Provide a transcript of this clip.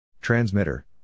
Transmitter